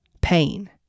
pain